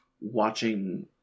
watching